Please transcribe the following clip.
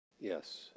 Yes